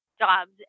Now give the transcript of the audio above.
jobs